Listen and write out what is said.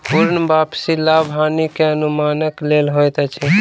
पूर्ण वापसी लाभ हानि के अनुमानक लेल होइत अछि